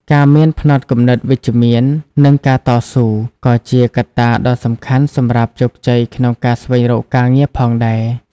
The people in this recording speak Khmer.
ការមានផ្នត់គំនិតវិជ្ជមាន និងការតស៊ូ ក៏ជាកត្តាដ៏សំខាន់សម្រាប់ជោគជ័យក្នុងការស្វែងរកការងារផងដែរ។